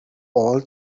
all